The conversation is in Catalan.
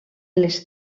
les